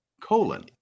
colon